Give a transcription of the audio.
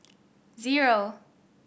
zero